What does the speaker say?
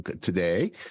today